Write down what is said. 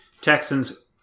Texans